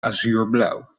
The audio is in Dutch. azuurblauw